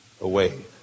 away